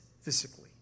physically